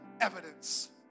evidence